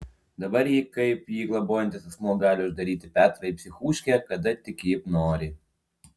dabar ji kaip jį globojantis asmuo gali uždaryti petrą į psichuškę kada tik ji nori